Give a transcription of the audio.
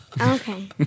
Okay